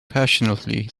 passionately